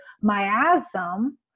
miasm